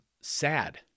sad